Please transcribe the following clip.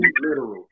literal